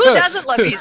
yeah doesn't love me.